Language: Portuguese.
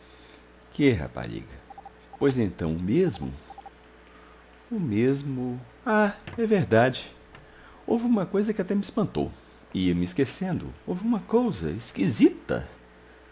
que rapariga pois então o mesmo o mesmo ah é verdade houve uma coisa que até me espantou ia-me esquecendo houve uma cousa esquisita